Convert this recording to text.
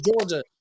Georgia